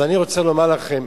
אז אני רוצה לומר לכם,